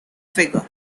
figure